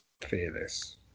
fearless